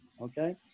okay